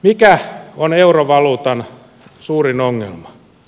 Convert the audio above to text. mikä on eurovaluutan suurin ongelma